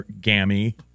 gammy